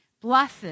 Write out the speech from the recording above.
blessed